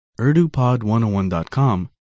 urdupod101.com